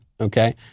okay